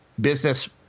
business